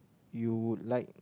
you would like